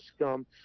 scum